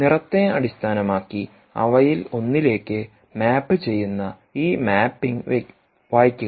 നിറത്തെ അടിസ്ഥാനമാക്കി അവയിലൊന്നിലേക്ക് മാപ്പ് ചെയ്യുന്ന ഈ മാപ്പിംഗ് വായിക്കുക